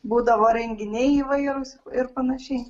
būdavo renginiai įvairūs ir panašiai